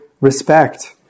respect